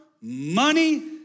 money